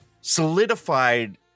solidified